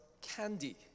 candy